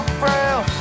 frail